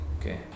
Okay